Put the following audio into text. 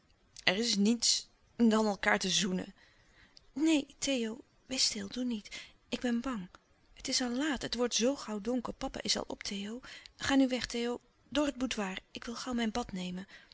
er is niets dan elkaâr te zoenen neen theo wees stil doe niet ik ben bang het is al laat het wordt zoo gauw donker papa is al op theo ga nu weg theo door het boudoir ik wil gauw mijn bad nemen